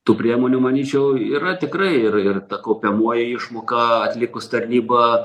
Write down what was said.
tų priemonių manyčiau yra tikrai ir ir ta kaupiamoji išmoka atlikus tarnybą